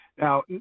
Now